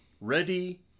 Ready